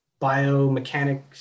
biomechanics